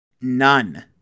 None